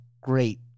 great